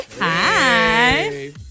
Hi